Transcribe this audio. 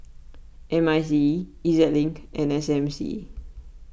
M I C E E Z Link and S M C